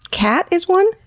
cat is one?